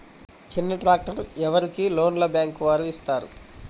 చిన్న ట్రాక్టర్ ఎవరికి లోన్గా బ్యాంక్ వారు ఇస్తారు?